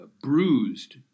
bruised